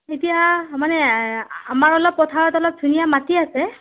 এতিয়া মানে আমাৰ অলপ পথাৰত অলপ ধুনীয়া মাটি আছে